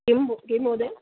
किं किं महोदय